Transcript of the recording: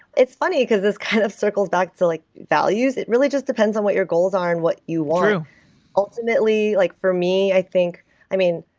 it's funny, because this kind of circles back to like values. it really just depends on what your goals are and what you want true ultimately like for me, i think i mean,